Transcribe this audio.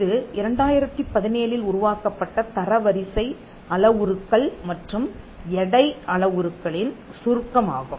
இது 2017இல் உருவாக்கப்பட்ட தரவரிசை அளவுருக்கள் மற்றும் எடை அளவுருக்களின் சுருக்கமாகும்